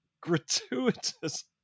gratuitous